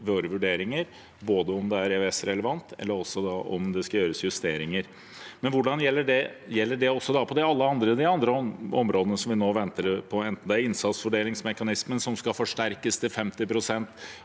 våre vurderinger – både om det er EØS-relevant, og om det skal gjøres justeringer. Gjelder det da også på alle de andre områdene som vi nå venter på, enten det er innsatsfordelingsmekanismen, som skal forsterkes til 50 pst.,